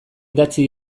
idatzi